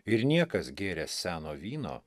ir niekas gėręs seno vyno